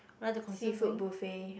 seafood buffet